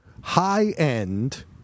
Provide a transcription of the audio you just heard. high-end